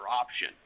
option